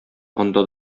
анда